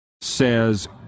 says